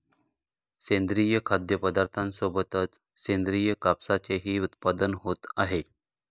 सेंद्रिय खाद्यपदार्थांसोबतच सेंद्रिय कापसाचेही उत्पादन होत आहे